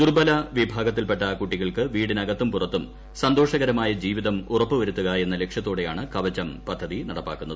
ദുർബ്ബല വിഭാഗത്തിൽപ്പെട്ട കുട്ടികൾക്ക് വീടിനകത്തും പുറത്തും സന്തോഷകരമായ ജീവിതം ഉറപ്പുവരുത്തുക എന്ന ലക്ഷ്യത്തോടെയാണ് കവചം പദ്ധതി നടപ്പാക്കുന്നത്